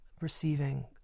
receiving